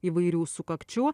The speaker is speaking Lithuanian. įvairių sukakčių